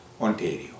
Ontario